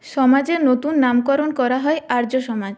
সমাজের নতুন নামকরণ করা হয় আর্য সমাজ